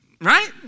Right